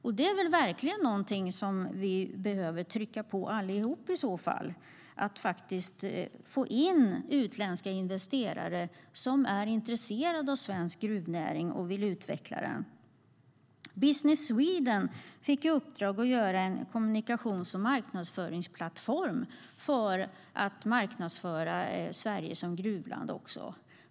I så fall är det verkligen någonting som vi behöver trycka på för: att få in utländska investerare som är intresserade av svensk gruvnäring och vill utveckla den. Business Sweden fick i uppdrag att göra en kommunikations och marknadsföringsplattform för att marknadsföra Sverige som gruvland.